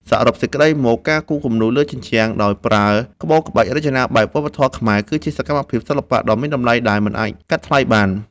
សរុបសេចក្ដីមក ការគូរគំនូរលើជញ្ជាំងដោយប្រើក្បូរក្បាច់រចនាបែបវប្បធម៌ខ្មែរ គឺជាសកម្មភាពសិល្បៈដ៏មានតម្លៃដែលមិនអាចកាត់ថ្លៃបាន។